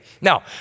Now